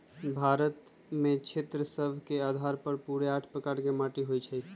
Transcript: भारत में क्षेत्र सभ के अधार पर पूरे आठ प्रकार के माटि होइ छइ